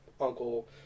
uncle